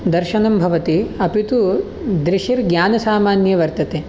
दर्शनं भवति अपि तु दृशिर्ज्ञानसामान्य वर्तते